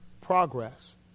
progress